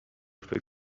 فکر